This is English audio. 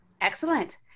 Excellent